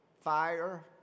fire